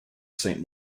saint